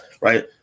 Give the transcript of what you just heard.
Right